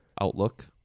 outlook